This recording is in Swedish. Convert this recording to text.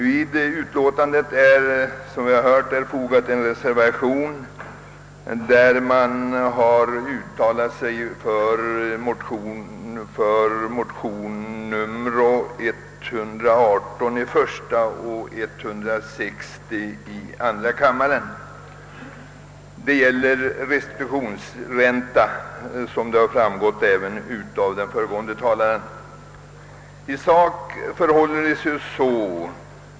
Vid betänkandet är fogad en reservation, i vilken man uttalat sig för de i motionerna I: 118 och 1II:160 framställda yrkandena beträffande restitutionsränta, såsom även framgick av vad den föregående talaren anförde.